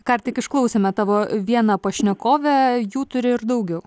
ką tik išklausėme tavo vieną pašnekovę jų turi ir daugiau